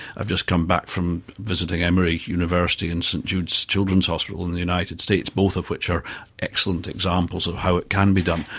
i've just come back from visiting emory university and st jude's children's hospital in the united states, both of which are excellent examples of how it can be done.